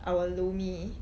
our roommate